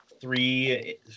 three